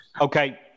Okay